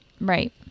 Right